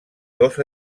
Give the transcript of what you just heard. dos